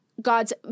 God's